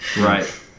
Right